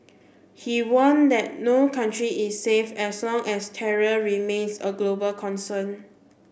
he warned that no country is safe as long as terror remains a global concern